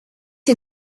est